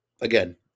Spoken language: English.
Again